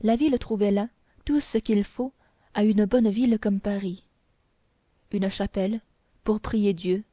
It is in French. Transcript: la ville trouvait là tout ce qu'il faut à une bonne ville comme paris une chapelle pour prier dieu